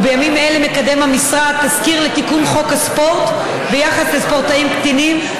ובימים אלה מקדם המשרד תזכיר לתיקון חוק הספורט ביחס לספורטאים קטינים.